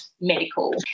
medical